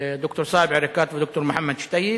של ד"ר סאיב עריקאת וד"ר מוחמד שתייה,